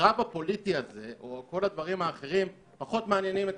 הקרב הפוליטי הזה או כל הדברים האחרים פחות מעניינים את